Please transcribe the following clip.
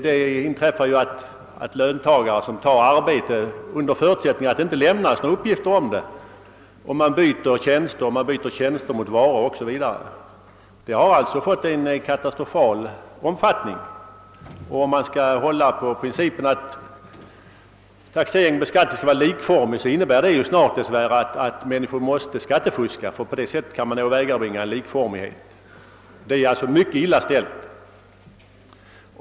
Det inträffar att löntagare tar arbete under förutsättning att det inte lämnas uppgifter om det. Man byter tjänster och man byter tjänster mot varor o.s.v. Fusket har alltså fått en katastrofal omfattning. Om man skall hålla på principen att taxering och beskattning skall vara likformig innebär det snart dess värre att människor måste skattefuska därför att man på det sättet kan åstadkomma likformighet. Det är alltså mycket illa ställt.